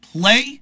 play